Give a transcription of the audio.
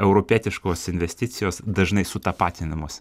europietiškos investicijos dažnai sutapatinamos